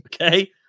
Okay